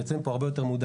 מי